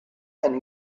and